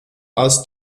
aus